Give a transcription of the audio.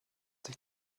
sich